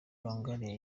longoria